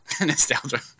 Nostalgia